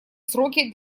сроки